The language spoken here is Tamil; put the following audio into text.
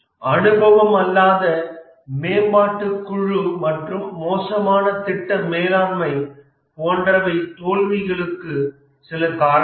அனுபவம் அல்லாத மேம்பாட்டுக் குழு மற்றும் மோசமான திட்ட மேலாண்மை போன்றவை தோல்விக்கு சில காரணங்கள்